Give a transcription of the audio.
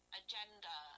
agenda